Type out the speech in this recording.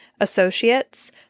Associates